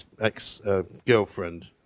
ex-girlfriend